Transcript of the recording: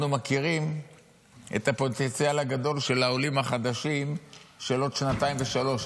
אנחנו מכירים את הפוטנציאל הגדול של העולים החדשים של עוד שנתיים ושלוש.